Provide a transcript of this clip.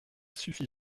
suffit